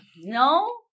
No